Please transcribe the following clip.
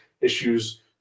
issues